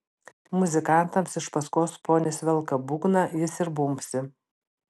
muzikantams iš paskos ponis velka būgną jis ir bumbsi